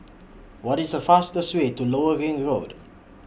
What IS The fastest Way to Lower Ring Road